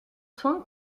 soins